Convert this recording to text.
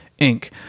Inc